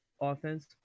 offense